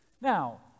Now